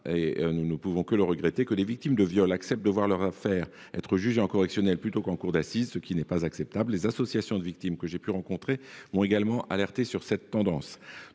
et nous ne pouvons que le regretter, que des victimes de viol acceptent de voir leur affaire jugée en correctionnelle plutôt qu’en cour d’assises ; ce n’est pas acceptable. Les associations de victimes que j’ai pu rencontrer m’ont également alerté sur cette tendance.